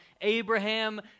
Abraham